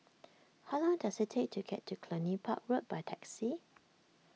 how long does it take to get to Cluny Park Road by taxi